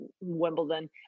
wimbledon